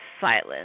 silence